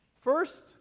First